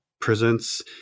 presents